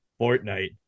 Fortnite